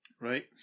Right